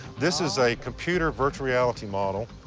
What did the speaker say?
this is a computer virtual reality model.